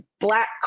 black